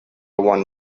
one